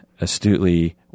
astutely